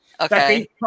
Okay